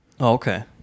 Okay